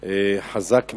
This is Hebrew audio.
חזק מאוד,